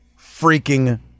freaking